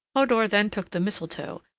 hodur then took the mistletoe,